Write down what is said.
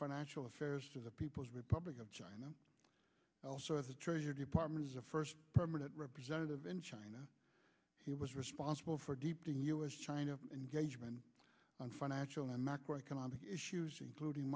financial affairs to the people's republic of china also at the treasury department as a first permanent representative in china he was responsible for deepening u s china engagement on financial and i macroeconomic issues including